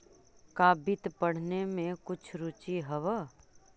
का वित्त पढ़ने में कुछ रुचि हवअ